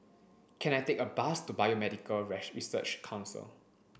can I take a bus to Biomedical Research Council